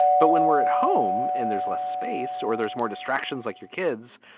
but when we're at home and there's less space or there's more distractions like your kids,